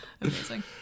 Amazing